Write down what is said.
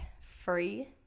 free